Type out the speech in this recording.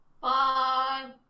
Bye